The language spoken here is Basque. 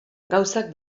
gauzak